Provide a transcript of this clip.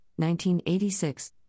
1986